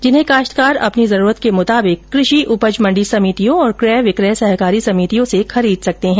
जिन्हें काश्तकार अपनी जरूरत के मुताबिक कृषि उपज मंडी समितियों और क्रय विक्रय सहकारी समितियों से खरीद सकते है